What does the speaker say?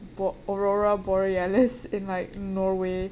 bo~ aurora borealis in like norway